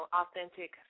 authentic